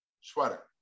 sweater